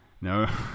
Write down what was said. No